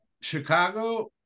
Chicago